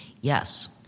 yes